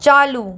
चालू